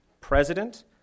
president